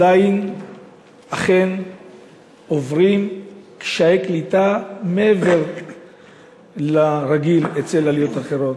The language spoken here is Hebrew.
הם עדיין אכן עוברים קשיי קליטה מעבר לרגיל אצל עליות אחרות.